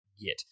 get